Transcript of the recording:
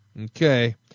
Okay